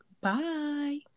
bye